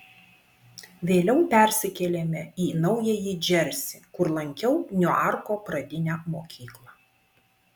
vėliau persikėlėme į naująjį džersį kur lankiau niuarko pradinę mokyklą